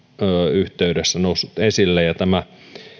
yhteydessä noussut esille tämä